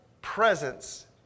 presence